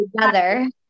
together